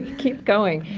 keep going.